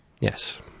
Yes